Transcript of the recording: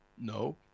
No